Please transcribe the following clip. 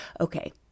okay